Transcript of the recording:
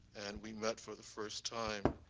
and we met for the first time.